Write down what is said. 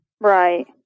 Right